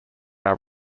are